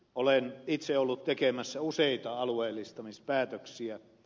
olen itse ollut tekemässä useita alueellistamispäätöksiä